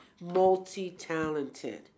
multi-talented